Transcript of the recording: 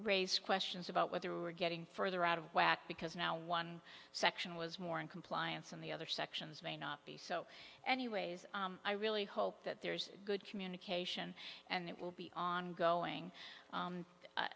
raise questions about what they were getting further out of whack because now one section was more in compliance and the other sections may not be so anyways i really hope that there's good communication and it will be ongoing